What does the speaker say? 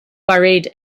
buried